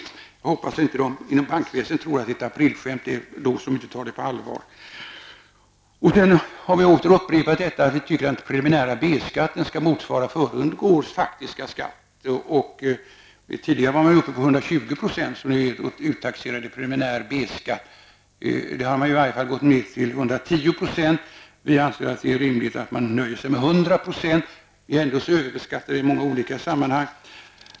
Inom parentes hoppas jag att de inte tror att det är ett aprilskämt och inte tar det på allvar. Vi har åter upprepat att vi tycker att den preliminära B-skatten skall motsvara föregående års faktiska skatt. Tidigare var man, som ni vet, uppe i 120 % uttaxerad preliminär B-skatt. Nu har man i alla fall gått ned till 110 %. Vi anser att det är rimligt att man nöjer sig med 100 %. Ändå överbeskattar vi i många olika sammanhang.